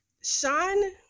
Sean